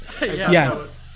Yes